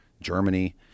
Germany